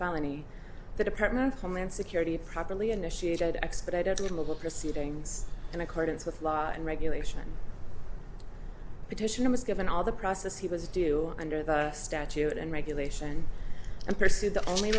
felony the department of homeland security properly initiated expedited little proceedings in accordance with law and regulation petitioner was given all the process he was due under the statute and regulation and pursued the only